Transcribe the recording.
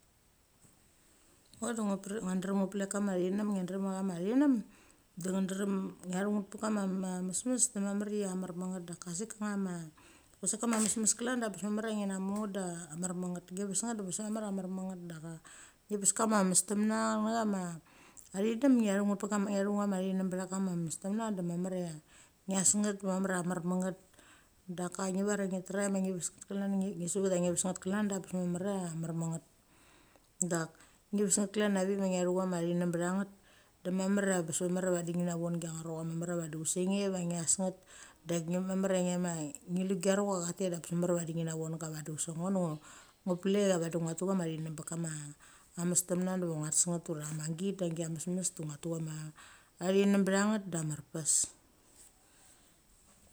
Ngo de ngua drem ngu plek kama thinem ngia drem ia diama chinem de nge drem ngia tung nget pek kama ma mes mes drem ia mamar ia mar met nget. Da sik ia ma kusek kama mesmes klan de bes mamar ia ina mung nget da marmang nget. Ngi ves nget da bes mamar ia mar meng nget daka ngi ves kam mestamna ngen chama achinenem ngia chung nget pekama mestemna de mamar ia, ngias nget de mamar ia mar ma nget. Daka ngi var ia krang ma ves nget kian de suchut ia ves nget klan da bes mamar ia marma nget. Dak ngi ves nget klana vik ia ngia chu chama chinem ba nget, de mamar a mamar ia abes von genga rocha mamar chusek nge va ngias nget. Dak ngem mamar ia ngema ngilu gerocha tet da bes mamar vadi ngina. Vadi chusek ngo piek ia ngua tu chama chinem be kama mestemne diva ngua tes nget ura chama git ma gia mesmes de ngua tu chinem ba nget da mar pes.